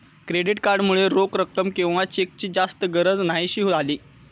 credit card मुळे रोख रक्कम किंवा चेकची जास्त गरज न्हाहीशी झाली